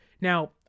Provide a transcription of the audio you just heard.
Now